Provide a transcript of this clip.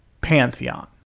Pantheon